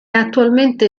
attualmente